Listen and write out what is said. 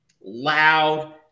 loud